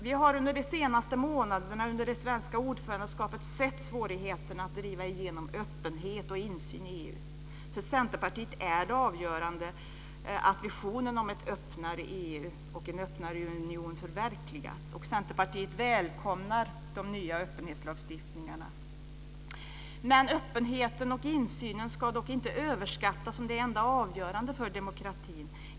Vi har under de senaste månaderna under det svenska ordförandeskapet sett svårigheterna att driva igenom öppenhet och insyn i EU. För Centerpartiet är det av avgörande betydelse att visionen om en öppnare union förverkligas, och Centerpartiet välkomnar den nya öppenhetslagstiftningen. Men öppenheten och insynen ska dock inte överskattas som det enda avgörande för demokratin.